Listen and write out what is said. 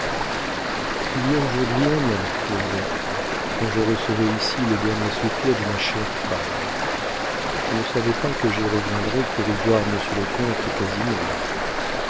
il y a aujourd'hui un an josette quand je recevais ici le dernier soupir de ma chère femme je ne savais pas que j'y reviendrais pour y voir monsieur le comte